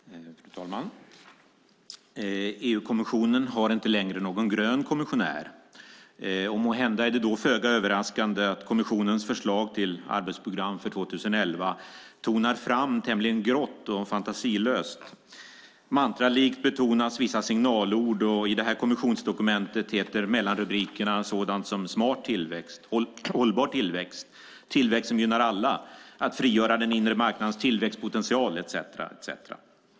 Fru talman! EU-kommissionen har inte längre någon grön kommissionär, och måhända är det då föga överraskande att kommissionens förslag till arbetsprogram för 2011 tonar fram tämligen grått och fantasilöst. Mantralikt betonas vissa signalord, och i det här kommissionsdokumentet heter mellanrubrikerna sådant som Smart tillväxt, Hållbar tillväxt, Tillväxt som gynnar alla, Att frigöra den inre marknadens tillväxtpotential etcetera.